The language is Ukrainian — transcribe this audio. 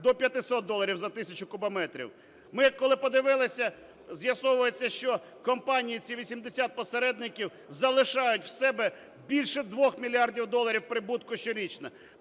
до 500 доларів за тисячу кубометрів. Ми, коли подивилися, з'ясовується, що компанії, ці 80 посередників, залишають в себе більше 2 мільярдів доларів прибутку щорічно.